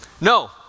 no